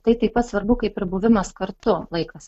tai taip pat svarbu kaip ir buvimas kartu laikas